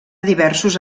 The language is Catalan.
diversos